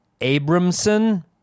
Abramson